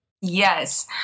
Yes